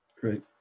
Great